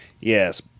Yes